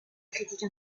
critique